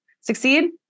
succeed